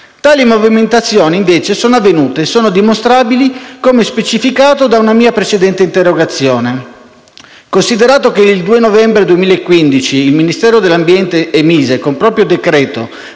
Tali movimentazioni, invece, sono avvenute e sono dimostrabili come specificato da una mia precedente interrogazione. Considerato che il 2 novembre 2015 il Ministero dell'ambiente e il Ministero dello